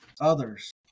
others